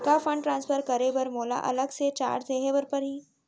का fund transfer करे बर मोला अलग से चार्ज देहे बर परही?